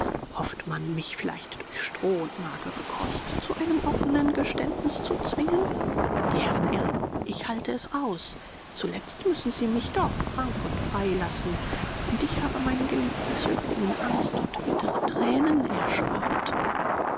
hofft man mich vielleicht durch stroh und magere kost zu einem offenen geständnis zu zwingen die herren irren ich halte es aus zuletzt müssen sie mich doch frank und frei lassen und ich habe meinen geliebten zöglingen angst und bittere tränen erspart